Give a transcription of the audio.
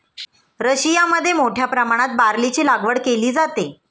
रशियामध्ये मोठ्या प्रमाणात बार्लीची लागवड केली जाते